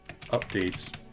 updates